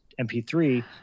MP3